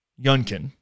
Yunkin